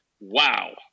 wow